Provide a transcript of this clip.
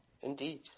indeed